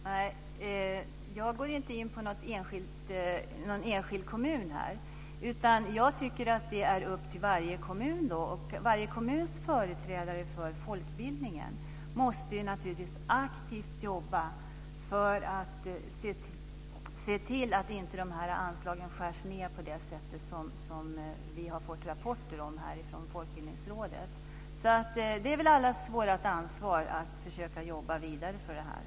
Fru talman! Jag går här inte in på någon enskild kommun. Jag tycker att det är upp till företrädarna för folkbildningen i varje kommun att aktivt jobba för att de här anslagen inte skärs ned på det sätt som vi har fått rapporter om från Folkbildningsrådet. Det är allas vårt ansvar att försöka jobba vidare med detta.